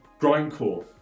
Grindcore